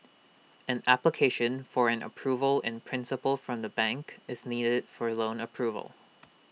an application for an approval in principle from the bank is needed for loan approval